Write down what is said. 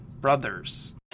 Brothers